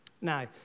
Now